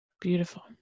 Beautiful